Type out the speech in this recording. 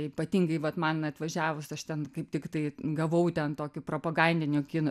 ypatingai vat man atvažiavus aš ten kaip tiktai gavau ten tokių propagandinių kino